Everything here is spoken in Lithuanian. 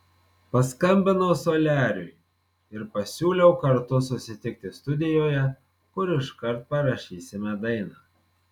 paskambinau soliariui ir pasiūliau kartu susitikti studijoje kur iškart parašysime dainą